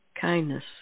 kindness